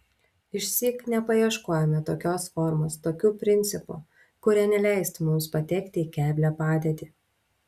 išsyk nepaieškojome tokios formos tokių principų kurie neleistų mums patekti į keblią padėtį